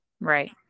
right